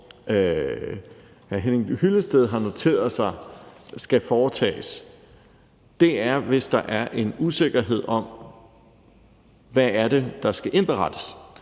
hr. Henning Hyllested har noteret sig skal foretages, er, hvis der er en usikkerhed om, hvad det er, der skal indberettes.